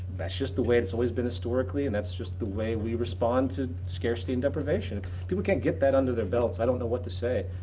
that's just the way it's always been historically, and that's just the way we respond to scarcity and deprivation. if people can't get that under their belts, i don't know what to say.